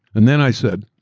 and then i said,